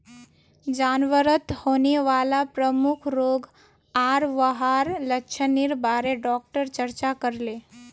जानवरत होने वाला प्रमुख रोग आर वहार लक्षनेर बारे डॉक्टर चर्चा करले